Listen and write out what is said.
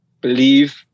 believe